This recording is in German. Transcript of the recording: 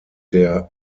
der